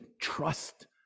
trust